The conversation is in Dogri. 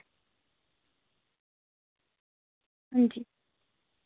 हंजी